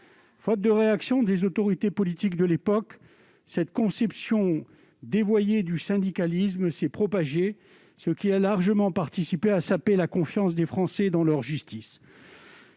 Faute de réaction des autorités politiques de l'époque, cette conception dévoyée du syndicalisme s'est propagée, ce qui a largement participé à saper la confiance des Français dans leur justice.